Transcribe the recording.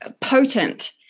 potent